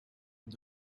and